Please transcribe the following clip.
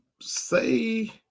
say –